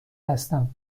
هستم